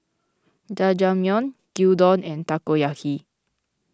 Jajangmyeon Gyudon and Takoyaki